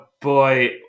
boy